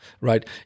right